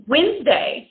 Wednesday